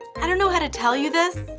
i don't know how to tell you this,